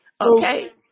okay